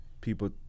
People